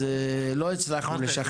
אז לא הצלחנו לשכנע.